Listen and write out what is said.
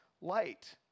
light